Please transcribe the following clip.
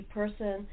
person